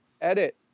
edit